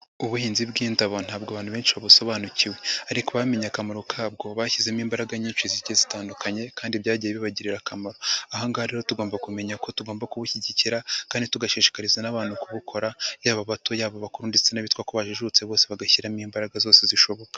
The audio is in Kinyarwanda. Ubuhinzi bw'indabo ntabwo abantu benshi babusobanukiwe ariko abamenye akamaro kabwo bashyizemo imbaraga nyinshi zigiye zitandukanye kandi byagiye bibagirira akamaro. Aha ngaha rero tugomba kumenya ko tugomba kubushyigikira kandi tugashishikariza n'abantu kubukora, yaba abato, yaba abakuru ndetse n'abitwa ko bajijutse bose bagashyiramo imbaraga zose zishoboka.